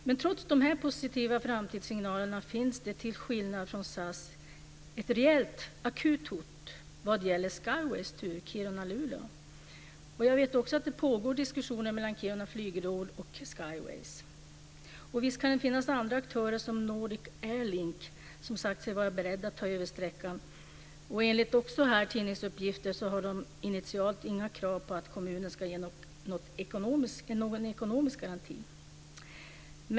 Men trots de här positiva framtidssignalerna finns det, till skillnad från SAS, ett reellt akut hot vad gäller Skyways tur Kiruna-Luleå. Jag vet också att det pågår diskussioner mellan Kiruna flygråd och Skyways. Visst kan det finnas andra aktörer, som Nordic Airlink som sagt sig vara beredd att ta över sträckan. Enligt tidningsuppgifter har Nordic Airlink initialt inga krav på att kommunen ska ge någon ekonomisk garanti.